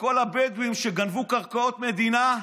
לכל הבדואים שגנבו קרקעות מדינה,